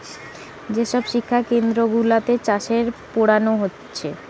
যে সব শিক্ষা কেন্দ্র গুলাতে চাষের পোড়ানা হচ্ছে